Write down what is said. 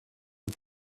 and